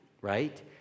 right